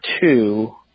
two